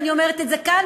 ואני אומרת את זה כאן,